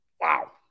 Wow